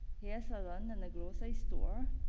yeah salon and grocery store